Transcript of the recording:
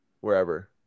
wherever